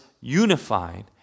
unified